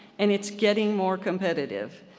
and it's getting more competitive.